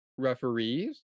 Referees